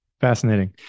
Fascinating